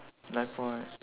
life buoy